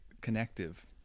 connective